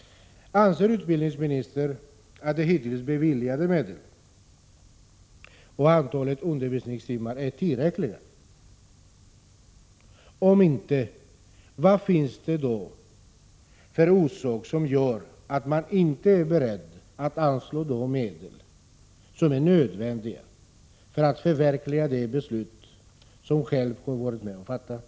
Anser utbildningsministern att de hittills beviljade medlen och antalet undervisningstimmar är tillräckliga? Om inte, vad finns det för orsak till att man inte är beredd att anslå de medel som behövs för att förverkliga de beslut som man själv har varit med om att fatta?